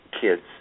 kids